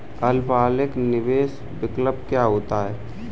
अल्पकालिक निवेश विकल्प क्या होता है?